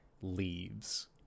leaves